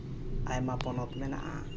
ᱟᱭᱢᱟ ᱯᱚᱱᱚᱛ ᱢᱮᱱᱟᱜᱼᱟ